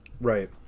Right